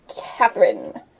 Catherine